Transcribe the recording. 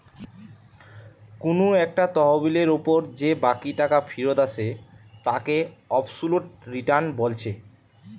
কুনু একটা তহবিলের উপর যে বাকি টাকা ফিরত আসে তাকে অবসোলুট রিটার্ন বলছে